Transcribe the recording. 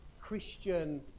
Christian